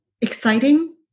exciting